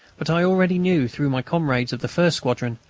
but i already knew, through my comrades of the first squadron,